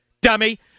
dummy